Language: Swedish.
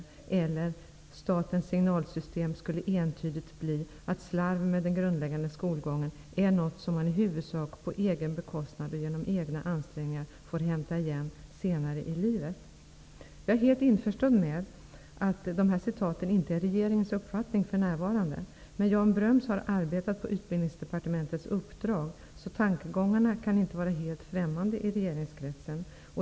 Vidare skall statens signalsystem entydigt visa att slarv med den grundläggande skolgången är något som man i huvudsak på egen bekostnad och med egna ansträngningar får hämta igen senare i livet. Jag är helt införstådd med att dessa citat för närvarande inte utgör regeringens uppfattning. Men Jan Bröms har arbetat på Utbildningsdepartementets uppdrag, så tankegångarna kan inte vara helt främmande i regeringskretsen.